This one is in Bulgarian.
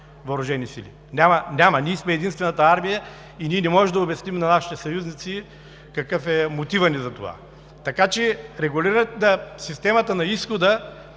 въоръжени сили. Няма! Ние сме единствената армия и не можем да обясним на нашите съюзници какъв е мотивът ни за това. Така че регулирането на системата на изхода